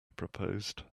proposed